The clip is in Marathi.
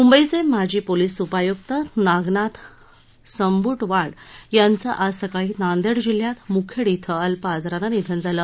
मुंबईचे माजी पोलीस उपायुक्त नागनाथ संबुटवाड यांचं आज सकाळी नांदेड जिल्ह्यात मुखेड इथं अल्प आजारानं निधन झालं